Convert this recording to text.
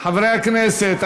חברי הכנסת,